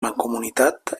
mancomunitat